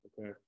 okay